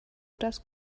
das